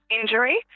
injury